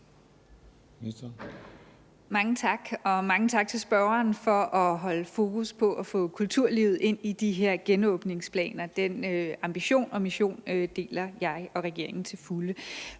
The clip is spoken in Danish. Mogensen): Mange tak til spørgeren for at holde fokus på at få kulturlivet ind i de her genåbningsplaner. Den ambition og mission deler jeg og regeringen til fulde,